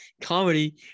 comedy